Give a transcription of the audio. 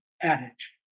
adage